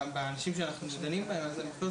עבור האנשים שאנחנו דנים בהם המחלקות